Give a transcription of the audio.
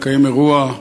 לקיים מחר בכנסת אירוע,